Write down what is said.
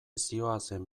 zihoazen